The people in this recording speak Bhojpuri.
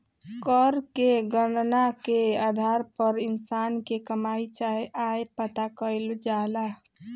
कर के गणना के आधार पर इंसान के कमाई चाहे आय पता कईल जाला